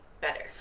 better